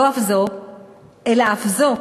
לא זו אף זו,